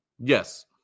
Yes